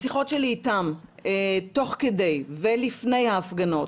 בשיחות שלי איתם תוך כדי ולפני ההפגנות